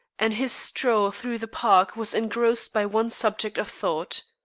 and his stroll through the parks was engrossed by one subject of thought.